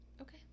Okay